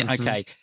Okay